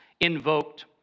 invoked